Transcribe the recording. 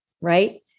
right